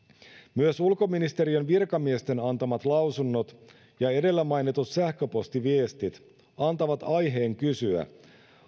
myös ulkoministeriön virkamiesten antamat lausunnot ja edellä mainitut sähköpostiviestit antavat aiheen kysyä